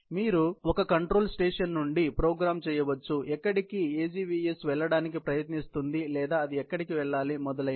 మీరు ఒక control station నుండి ప్రోగ్రామ్ చేయవచ్చు ఎక్కడికి AGVS వెళ్ళడానికి ప్రయత్నిస్తుంది లేదా అది ఎక్కడికి వెళ్ళాలి మొదలైనవి